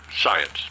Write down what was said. science